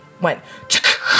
went